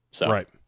Right